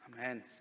Amen